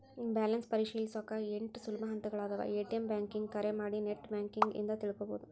balance ಪರಿಶೇಲಿಸೊಕಾ ಎಂಟ್ ಸುಲಭ ಹಂತಗಳಾದವ ಎ.ಟಿ.ಎಂ ಬ್ಯಾಂಕಿಂಗ್ ಕರೆ ಮಾಡಿ ನೆಟ್ ಬ್ಯಾಂಕಿಂಗ್ ಇಂದ ತಿಳ್ಕೋಬೋದು